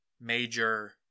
major